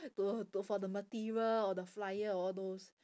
to to for the material or the flyer or all those